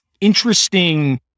interesting